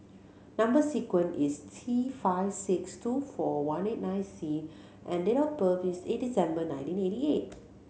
number sequence is T five six two four one eight nine C and date of birth is eight December nineteen eighty eight